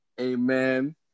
amen